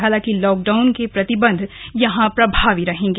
हालांकि लॉकडाउन के प्रतिबंध यहां प्रभावी रहेंगे